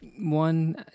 one